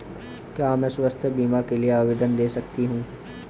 क्या मैं स्वास्थ्य बीमा के लिए आवेदन दे सकती हूँ?